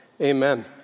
Amen